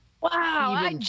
Wow